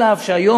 על אף שהיום,